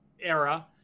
era